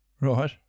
Right